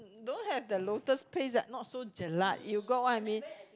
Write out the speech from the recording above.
don't have the lotus paste that not so jelak you got what I mean